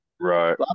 right